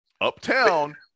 uptown